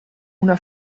una